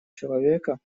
человека